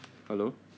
hello